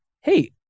hey